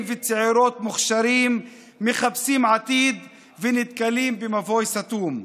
וצעירות מוכשרים מחפשים עתיד ונתקלים במבוי סתום.